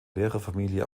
lehrerfamilie